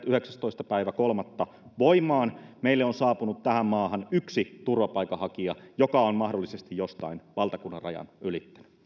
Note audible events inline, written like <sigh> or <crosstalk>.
<unintelligible> yhdeksästoista kolmatta voimaan meille on saapunut tähän maahan yksi turvapaikanhakija joka on mahdollisesti jostain valtakunnan rajan ylittänyt